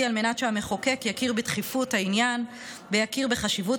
על מנת שהמחוקק יכיר בדחיפות העניין ויכיר בחשיבות